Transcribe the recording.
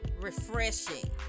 refreshing